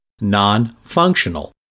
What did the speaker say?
non-functional